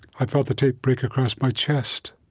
i felt the tape break across my chest.